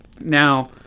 Now